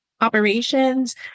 operations